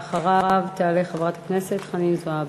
ואחריו תעלה חברת הכנסת חנין זועבי.